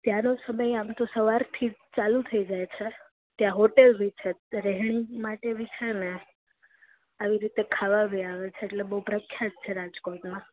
ત્યાંનો સમય આમતો સવારથીજ ચાલુ થઈ જાય છે ત્યાં હોટેલ બી છે રહેણી માટે બી છેને આવી રીતે ખાવા બી આવે છે એટલે બઉ પ્રખ્યાત છે રાજકોટમાં